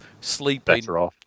Sleeping